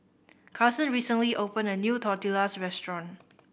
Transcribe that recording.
Carsen recently opened a new Tortillas Restaurant